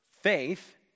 faith